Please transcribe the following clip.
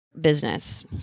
business